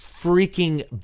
freaking